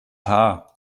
haar